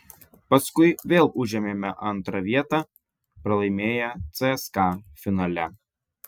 paskui vėl užėmėme antrą vietą pralaimėję cska finale